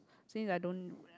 since I don't